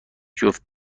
جفت